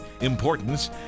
importance